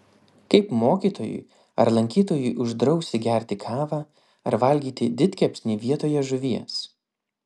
kaip mokytojui ar lankytojui uždrausi gerti kavą arba valgyti didkepsnį vietoje žuvies